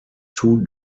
two